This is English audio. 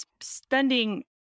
spending